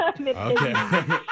okay